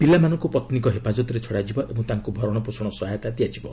ପିଲାମାନଙ୍କୁ ପତ୍ନୀଙ୍କ ହେଫାଜତରେ ଛଡ଼ାଯିବ ଓ ତାଙ୍କୁ ଭରଣପୋଷଣ ସହାୟତା ଦିଆଯିବ